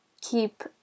keep